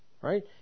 right